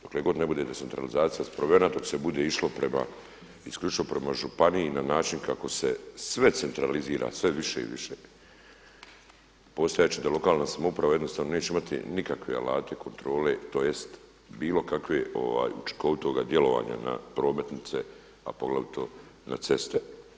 Dokle god ne bude decentralizacija sprovedena, dok se bude išlo prema, isključivo prema županiji na način kako se sve centralizira, sve više i više postojat će da lokalna samouprava jednostavno neće imati nikakve alate kontrole, tj. bilo kakve učinkovitoga djelovanja na prometnice, a poglavito na ceste.